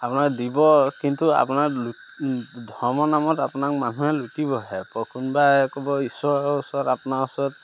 আপোনাৰ দিব কিন্তু আপোনাৰ ধৰ্মৰ নামত আপোনাক মানুহে লুটিবহে আকৌ কোনোবাই ক'ব ঈশ্বৰৰ ওচৰত আপোনাৰ ওচৰত